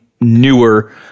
newer